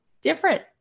different